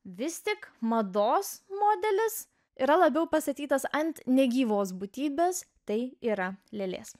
vis tik mados modelis yra labiau pastatytas ant negyvos būtybės tai yra lilės